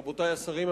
רבותי השרים,